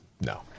No